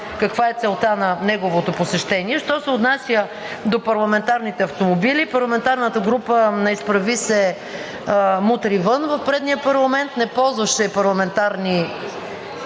каква е целта на неговото посещение. Що се отнася до парламентарните автомобили, парламентарната група на „Изправи се! Мутри вън!“ в предния парламент не ползваше парламентарни коли